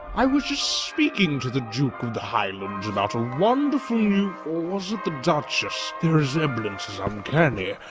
i was just speaking to the duke of the highlands about a wonderful new or was it the duchess? their resemblance is uncanny.